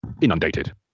Inundated